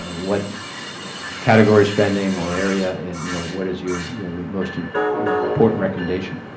ah what category spending or area? and you know what is your your most and important recommendation?